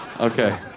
Okay